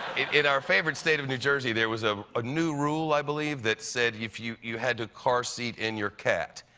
in our favorite state of new jersey, there was a ah new rule, i believe, that said if you you had the car seat in your cat.